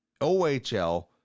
OHL